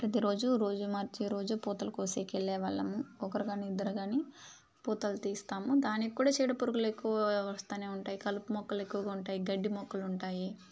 ప్రతి రోజూ రోజు మార్చి రోజు పూతల కోసేకెళ్లే వాళ్ళము ఒకరు కానీ ఇద్దరు కానీ పూతలు తీస్తాము దానికి కూడా చీడపురుగులు ఎక్కువగా వస్తూనే ఉంటాయి కలుపు మొక్కలు ఎక్కువగా ఉంటాయి గడ్డి మొక్కలు ఉంటాయి